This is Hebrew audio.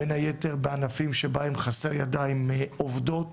בין היתר בענפים שבהם חסרות ידיים עובדות